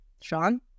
Sean